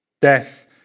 Death